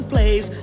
place